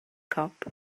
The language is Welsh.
cop